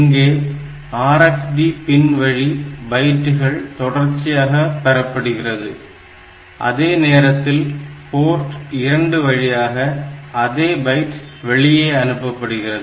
இங்கே RxD பின் வழி பைட்டுகள் தொடர்ச்சியாக பெறப்படுகிறது அதே நேரத்தில் போர்ட் 2 வழியாக அதே பைட் வெளிய அனுப்பப்படுகிறது